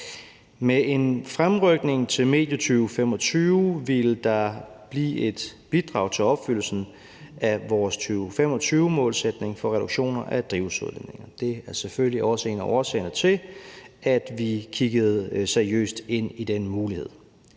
Med en fremrykning til medio 2025 vil der blive et bidrag til opfyldelsen af vores 2025-målsætning for en reduktion af drivhusgasudledninger. Det er selvfølgelig også en af årsagerne til, at vi kiggede seriøst på den mulighed.